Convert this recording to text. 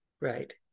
Right